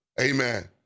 Amen